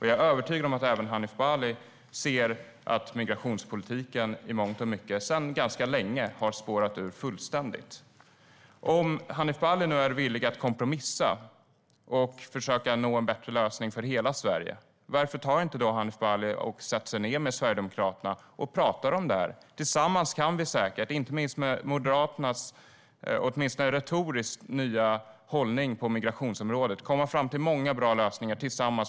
Jag är övertygad om att även Hanif Bali anser att migrationspolitiken i mångt och mycket spårade ur fullständigt för länge sedan. Om Hanif Bali är villig att kompromissa och försöka nå en bättre lösning för hela Sverige, varför sätter sig inte Hanif Bali med Sverigedemokraterna och pratar om detta? Tillsammans kan vi säkert, inte minst med Moderaternas retoriskt nya hållning på migrationsområdet, komma fram till många bra lösningar.